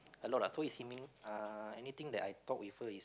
a lot ah so is seeming uh anything that I talk with her is